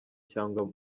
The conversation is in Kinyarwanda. cyangwa